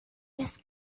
las